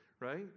Right